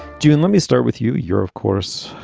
june, let me start with you. you're, of course,